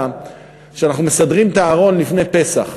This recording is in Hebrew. כשאנחנו מסדרים את הארון לפני פסח,